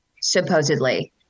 supposedly